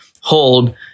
hold